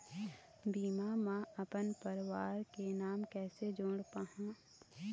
बीमा म अपन परवार के नाम कैसे जोड़ पाहां?